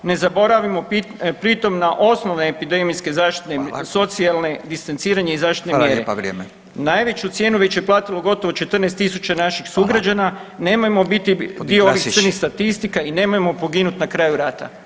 Ne zaboravimo pri tom na osnovne epidemijske zaštitne [[Upadica: Hvala.]] socijalne distanciranje i zaštitne mjere [[Upadica: Hvala lijepa vrijeme.]] najveću cijenu već je platilo gotovo 14.000 naših sugrađana [[Upadica: Hvala.]] nemojmo biti dio ovih crnih statistika [[Upadica: Gospodin Klasić.]] i nemojmo poginut na kraju rata.